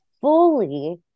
fully